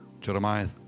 Jeremiah